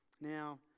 Now